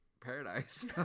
paradise